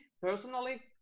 personally